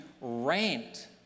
rant